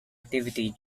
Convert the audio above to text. activity